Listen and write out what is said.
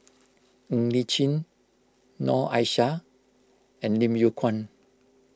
Ng Li Chin Noor Aishah and Lim Yew Kuan